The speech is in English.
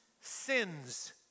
sins